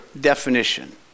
definition